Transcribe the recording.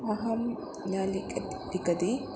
अहं न लिखितं लिखिता